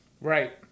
Right